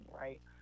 right